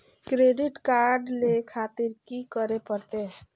Credit card ले खातिर की करें परतें?